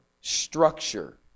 structure